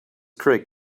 craig